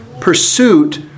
pursuit